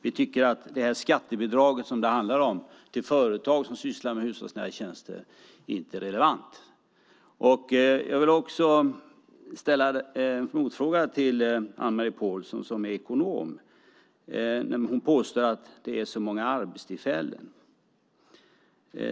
Vi tycker att det här skattebidraget, som det handlar om, till företag som sysslar med hushållsnära tjänster inte är relevant. Jag vill ställa en motfråga till Anne-Marie Pålsson, som är ekonom, när hon påstår att det ger så många arbetstillfällen.